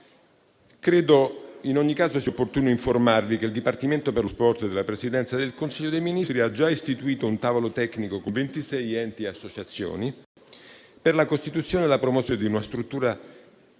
Credo che in ogni caso sia opportuno informarvi che il Dipartimento per lo sport della Presidenza del Consiglio dei ministri ha già istituito un tavolo tecnico con 26 enti e associazioni, per la costituzione e la promozione di una struttura